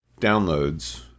downloads